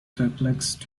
perplexed